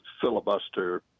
filibuster